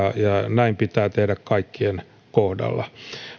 näin pitää tehdä kaikkien kohdalla